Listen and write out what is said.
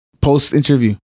Post-interview